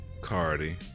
Cardi